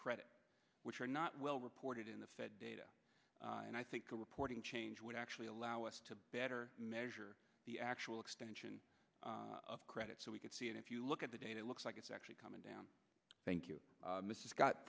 credit which are not well reported in the fed data and i think the reporting change would actually allow us to better measure the actual expansion of credit so we can see if you look at the data looks like it's actually coming down thank you mr scott